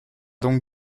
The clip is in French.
donc